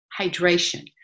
hydration